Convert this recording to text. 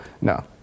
No